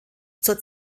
zur